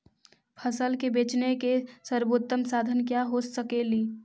फसल के बेचने के सरबोतम साधन क्या हो सकेली?